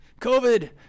covid